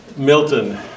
Milton